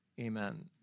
Amen